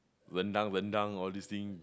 rendang rendang all these things